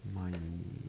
mine